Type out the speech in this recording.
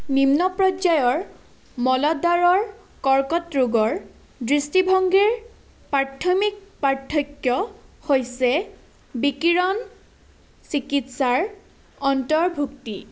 নিম্ন পৰ্যায়ৰ মলদ্বাৰৰ কৰ্কট ৰোগৰ দৃষ্টিভংগীৰ প্ৰাথমিক পাৰ্থক্য হৈছে বিকিৰণ চিকিৎসাৰ অন্তৰ্ভুক্তি